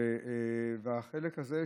בחלק הזה,